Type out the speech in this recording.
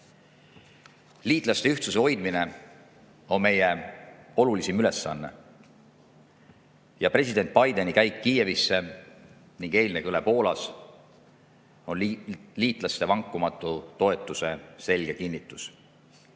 Liitlaste ühtsuse hoidmine on meie olulisim ülesanne ja president Bideni käik Kiievisse ning eilne kõne Poolas on liitlaste vankumatu toetuse selge kinnitus.